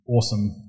awesome